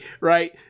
right